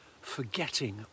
forgetting